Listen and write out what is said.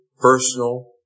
personal